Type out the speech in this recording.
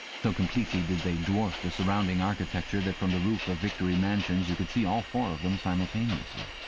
so completely did they dwarf the surrounding architecture that from the roof of victory mansions you could see all four of them simultaneously.